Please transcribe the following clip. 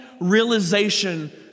realization